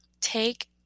take